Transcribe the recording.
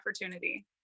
opportunity